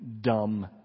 dumb